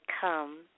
come